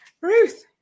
ruth